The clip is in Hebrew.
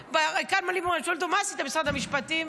קלמן וליברמן שואלים אותו: מה עשית במשרד המשפטים?